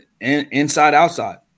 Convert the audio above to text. inside-outside